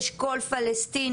יש קול פלסטיני,